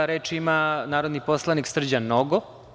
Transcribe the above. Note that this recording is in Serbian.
Reč ima narodni poslanik Srđan Nogo.